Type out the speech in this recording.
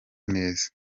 neza